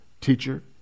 Teacher